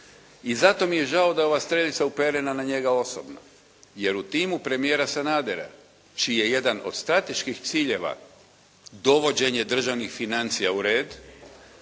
i zato mi je žao da je ova strelica uperena na njega osobno, jer u timu premijera Sanadera čiji je jedan od strateških ciljeva dovođenje državnih financija u red